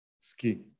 ski